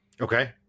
Okay